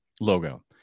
logo